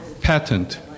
Patent